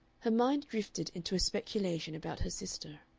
her mind drifted into a speculation about her sister.